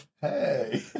hey